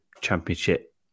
championship